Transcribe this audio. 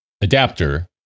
adapter